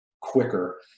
quicker